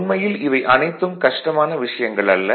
உண்மையில் இவை அனைத்தும் கஷ்டமான விஷயங்கள் அல்ல